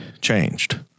changed